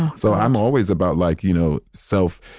so i'm always about like, you know, self,